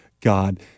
God